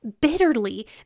Bitterly